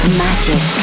magic